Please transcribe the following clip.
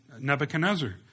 Nebuchadnezzar